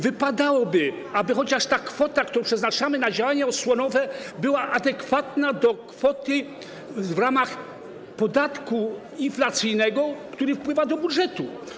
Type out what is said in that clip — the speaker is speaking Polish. Wypadałoby, aby ta kwota, którą przeznaczamy na działania osłonowe, była chociaż adekwatna do kwoty w ramach podatku inflacyjnego, który wpływa do budżetu.